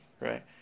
right